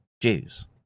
Jews